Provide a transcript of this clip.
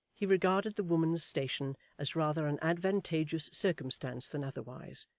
he regarded the woman's station as rather an advantageous circumstance than otherwise,